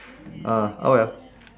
ah oh well